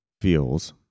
feels